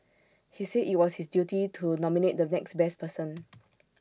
he said IT was his duty to nominate the next best person